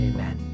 Amen